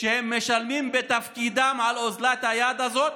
שהם משלמים בתפקידם על אוזלת היד הזאת,